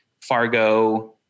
Fargo